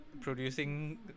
Producing